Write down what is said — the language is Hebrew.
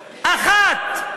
אחת.